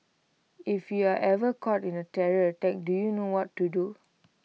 if you are ever caught in A terror attack do you know what to do